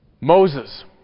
Moses